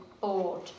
board